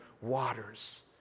waters